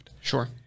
Sure